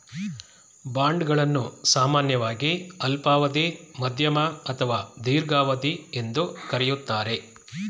bond ಗಳನ್ನು ಸಾಮಾನ್ಯವಾಗಿ ಅಲ್ಪಾವಧಿ, ಮಧ್ಯಮ ಅಥವಾ ದೀರ್ಘಾವಧಿ ಎಂದು ಕರೆಯುತ್ತಾರೆ